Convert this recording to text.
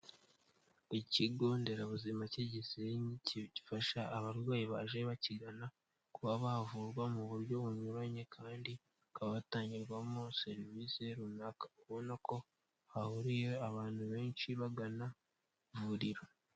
Ikigo nderabuzima cy'i Gisenyi gifasha abarwayi baje bakigana kuba bavurwa mu buryo bunyuranye kandi hakaba hatangirwamo serivisi runaka, urabona ko hahuriye abantu benshi bagana ivuriro.